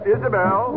Isabel